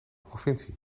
provincie